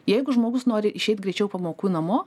jeigu žmogus nori išeit greičiau pamokų namo